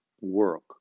work